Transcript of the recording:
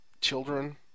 children